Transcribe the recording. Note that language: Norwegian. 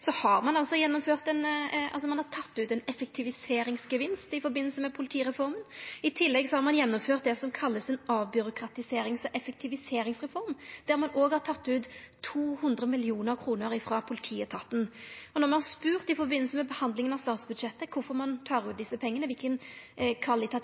Ein har altså teke ut ein effektiviseringsgevinst i samanheng med politireforma. I tillegg har ein gjennomført det som vert kalla ei avbyråkratiserings- og effektiviseringsreform, der ein òg har teke ut 200 mill. kr frå politietaten. Når me har spurt, i samanheng med behandlinga av statsbudsjettet, om kvifor ein